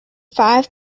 five